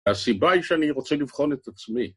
הסיבה היא שאני רוצה לבחון את עצמי.